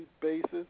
basis